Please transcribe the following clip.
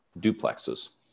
duplexes